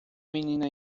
menina